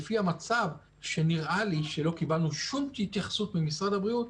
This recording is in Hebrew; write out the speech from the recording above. לפי המצב שנראה לי לא קיבלנו שום התייחסות ממשרד הבריאות.